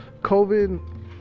COVID